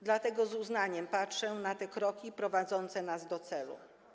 Dlatego z uznaniem patrzę na te kroki prowadzące nas do celu.